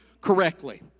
correctly